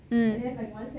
hmm